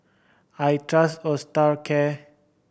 I trust Osteocare